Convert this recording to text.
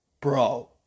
bro